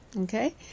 Okay